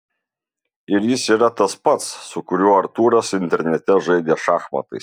ir jis yra tas pats su kuriuo artūras internete žaidė šachmatais